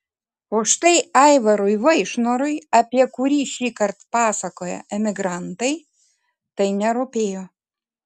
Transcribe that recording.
o štai aivarui vaišnorui apie kurį šįkart pasakoja emigrantai tai nerūpėjo